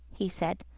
he said,